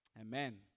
amen